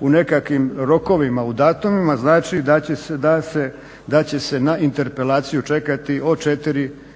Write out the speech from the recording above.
u nekakvim rokovima u datumima znači da će se na interpelaciju čekati od 4 do